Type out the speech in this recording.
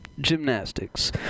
Gymnastics